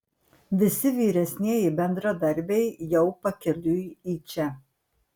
visi vyresnieji bendradarbiai jau pakeliui į čia